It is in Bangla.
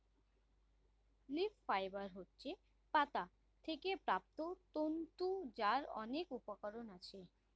লিফ ফাইবার হচ্ছে পাতা থেকে প্রাপ্ত তন্তু যার অনেক উপকরণ আছে